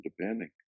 depending